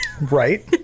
right